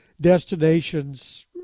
destinations